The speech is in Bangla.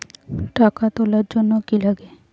টাকা তুলির জন্যে কি লাগে?